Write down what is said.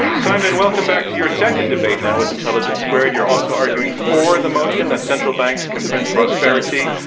simon, welcome back to your second debate now with intelligence squared. you're also arguing for the motion that central banks can print prosperity.